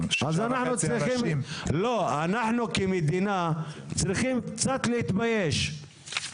אז אנחנו כמדינה צריכים קצת להתבייש,